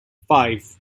five